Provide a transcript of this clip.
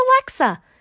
Alexa